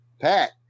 Pat